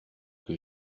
que